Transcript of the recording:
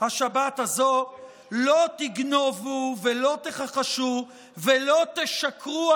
בשבת הזו: "לא תגנֹבו ולא תכַחֲשו ולא תשקרו",